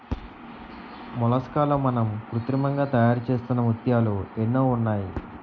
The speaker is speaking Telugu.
మొలస్కాల్లో మనం కృత్రిమంగా తయారుచేస్తున్న ముత్యాలు ఎన్నో ఉన్నాయి